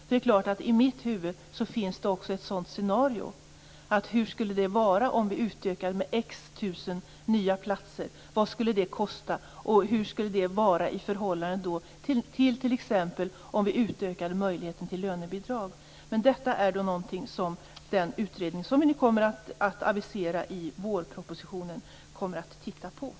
Det är klart att det i mitt huvud också finns ett sådant scenario. Hur skulle det vara om vi utökade med visst antal tusen nya platser? Vad skulle det kosta? Hur skulle det vara i förhållande till att vi t.ex. utökade möjligheten till lönebidrag? Men detta är någonting som den utredning som vi kommer att avisera i vårpropositionen kommer att titta närmare på.